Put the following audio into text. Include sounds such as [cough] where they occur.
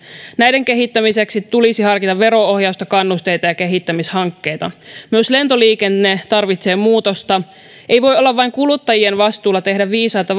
näiden kehittämiseksi tulisi harkita vero ohjausta kannusteita ja kehittämishankkeita myös lentoliikenne tarvitsee muutosta ei voi olla vain kuluttajien vastuulla tehdä viisaita [unintelligible]